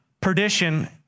perdition